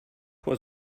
was